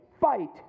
fight